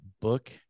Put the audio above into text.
book